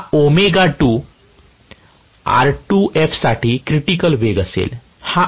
हा ω2 R2f साठी critical वेग असेल हा असाच असेल